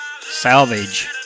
Salvage